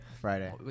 Friday